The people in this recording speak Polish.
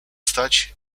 stać